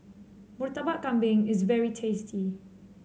Murtabak Kambing is very tasty